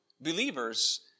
believers